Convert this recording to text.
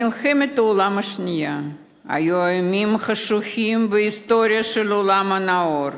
ימי מלחמת העולם השנייה היו ימים חשוכים בהיסטוריה של העולם הנאור,